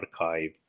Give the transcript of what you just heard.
archive